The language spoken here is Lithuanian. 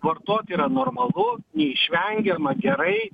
vartot yra normalu neišvengiama gerai